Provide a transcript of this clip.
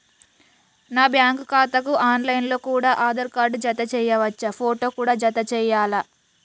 నా బ్యాంకు ఖాతాకు online లో కూడా ఆధార్ కార్డు జత చేయవచ్చా ఫోటో కూడా జత చేయాలా?